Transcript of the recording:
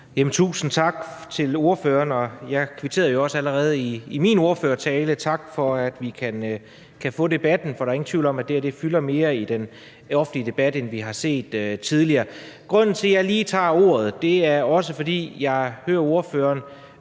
Tusind tak til ordføreren. Og jeg kvitterede jo også allerede i min ordførertale og sagde tak for, at vi kan få debatten. For der er ingen tvivl om, at det her fylder mere i den offentlige debat, end vi har set tidligere. Grunden til, at jeg lige tager ordet, er, at jeg hører ordføreren